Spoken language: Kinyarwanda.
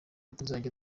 tuzajya